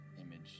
image